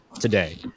today